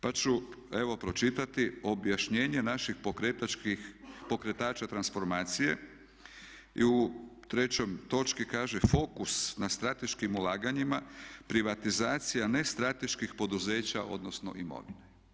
Pa ću evo pročitati objašnjenje naših pokretača transformacije i u trećoj točci kaže fokus na strateškim ulaganjima, privatizacija nestrateških poduzeća odnosno imovine.